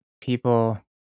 people